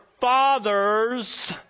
fathers